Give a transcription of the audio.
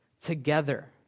together